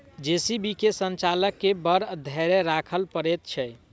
JCB के संचालक के बड़ धैर्य राखय पड़ैत छै